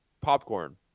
popcorn